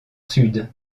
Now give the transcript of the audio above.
sud